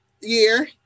year